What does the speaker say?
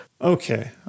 Okay